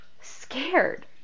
scared